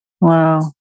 Wow